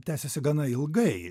tęsiasi gana ilgai